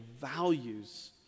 values